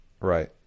Right